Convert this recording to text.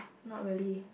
not really